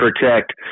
protect